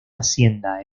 hacienda